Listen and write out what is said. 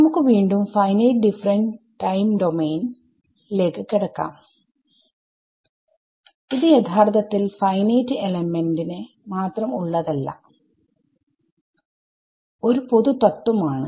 നമുക്ക് വീണ്ടും finite difference time domain ലേക്ക് കടക്കാം ഇത് യഥാർത്ഥത്തിൽ ഫൈനൈറ്റ് എലമെന്റ് ന് മാത്രം ഉള്ളതല്ല ഒരു പൊതു തത്വം ആണ്